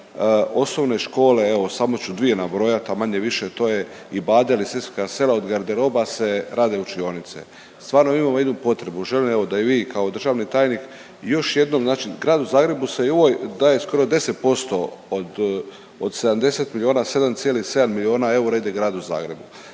osnovne škole, evo samo ću dvije nabrojat, a manje-više to je i Badel i Sesvetska sela, od garderoba se rade učionice. Stvarno imamo jednu potrebu, želim evo da i vi kao državni tajnik još jednom znači Gradu Zagrebu se i u ovoj daje skoro 10% od, od 70 milijuna, 7,7 milijuna eura ide Gradu Zagrebu,